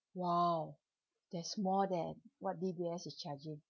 !wow! that's more than what D_B_S is charging